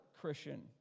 Christian